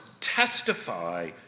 testify